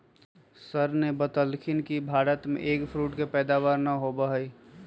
sir ने बतल खिन कि भारत में एग फ्रूट के पैदावार ना होबा हई